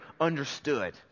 understood